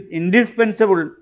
indispensable